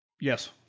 Yes